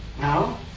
No